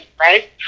Right